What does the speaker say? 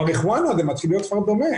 מריחואנה זה מתחיל להיות כבר דומה